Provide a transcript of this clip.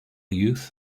youth